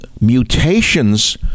mutations